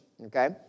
okay